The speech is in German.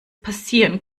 passieren